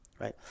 right